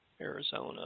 Arizona